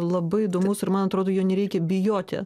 labai įdomus ir man atrodo jo nereikia bijoti